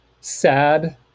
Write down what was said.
sad